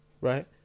Right